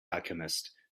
alchemist